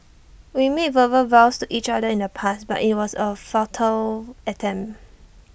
we made verbal vows to each other in the past but IT was A futile attempt